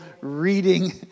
reading